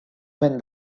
when